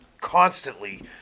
constantly